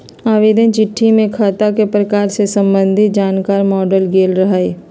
आवेदन चिट्ठी में खता के प्रकार से संबंधित जानकार माङल गेल रहइ